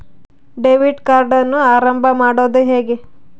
Debit ಕಾರ್ಡನ್ನು ಆರಂಭ ಮಾಡೋದು ಹೇಗೆ?